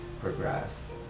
progress